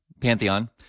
Pantheon